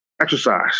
Exercise